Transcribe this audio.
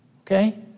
Okay